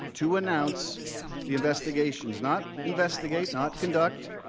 to announce the investigations, not investigate, not conduct,